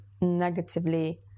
negatively